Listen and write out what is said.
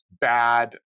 bad